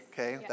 Okay